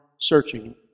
searching